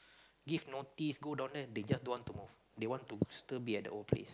give notice go down there they just don't want to move they want to still be at the old place